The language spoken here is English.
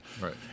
right